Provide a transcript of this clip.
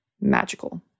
magical